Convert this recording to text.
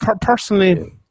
Personally